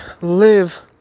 live